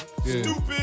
Stupid